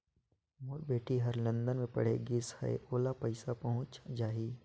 मोर बेटी हर लंदन मे पढ़े गिस हय, ओला पइसा पहुंच जाहि?